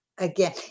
Again